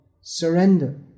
surrender